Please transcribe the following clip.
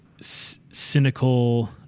cynical